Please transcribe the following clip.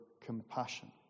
compassion